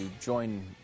join